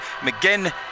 McGinn